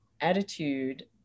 attitude